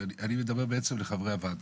אני מדבר בעצם לחברי הוועדה.